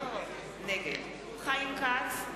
נגד חיים כץ,